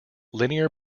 linear